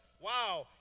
wow